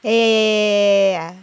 ya ya ya ya ya ya ya